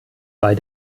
bei